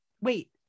Wait